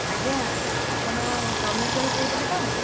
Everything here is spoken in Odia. ଆଜ୍ଞା ଆପଣ ରମେଶ ଭାଇ କହୁଥିଲେ ତ